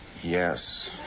Yes